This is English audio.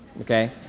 okay